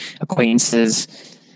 acquaintances